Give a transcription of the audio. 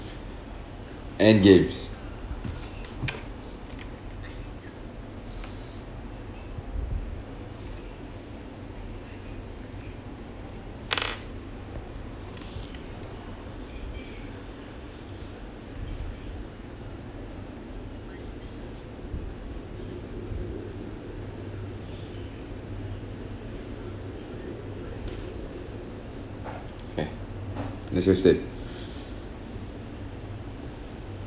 and games next question